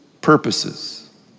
purposes